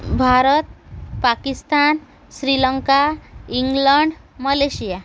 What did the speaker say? Bharat Pakistan Sri Lanka England Malaysia